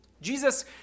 Jesus